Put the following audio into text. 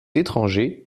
étranger